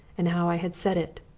and how i had said it.